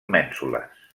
mènsules